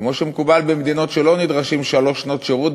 כמו שמקובל במדינות שלא נדרשות בהן שלוש שנות שירות,